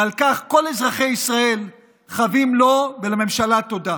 ועל כך כל אזרחי ישראל חבים לו ולממשלה תודה.